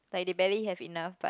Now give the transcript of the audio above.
like they barely have enough but